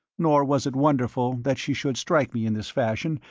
nor was it wonderful that she should strike me in this fashion,